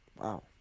Wow